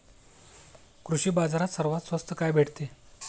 कृषी बाजारात सर्वात स्वस्त काय भेटते?